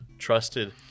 trusted